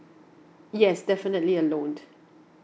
yes definitely a loan